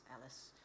Alice